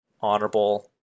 honorable